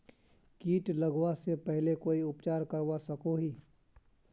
किट लगवा से पहले कोई उपचार करवा सकोहो ही?